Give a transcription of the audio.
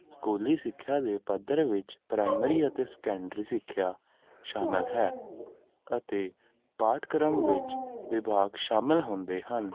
ਸਕੂਲੀ ਸਿੱਖਿਆ ਦੇ ਪੱਧਰ ਵਿੱਚ ਪ੍ਰਾਇਮਰੀ ਅਤੇ ਸਕੈਂਡਰੀ ਸਿੱਖਿਆ ਸ਼ਾਮਿਲ ਹੈ ਅਤੇ ਪਾਠਕ੍ਰਮ ਵਿੱਚ ਵਿਭਾਗ ਸ਼ਾਮਿਲ ਹੁੰਦੇ ਹਨ